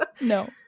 No